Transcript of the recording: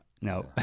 no